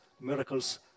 miracles